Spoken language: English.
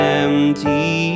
empty